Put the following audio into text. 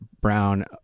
Brown